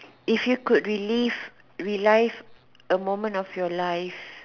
if you could relive relive a moment of your live